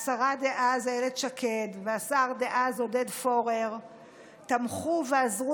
השרה דאז אילת שקד והשר דאז עודד פורר תמכו ועזרו